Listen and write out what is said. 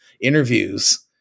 interviews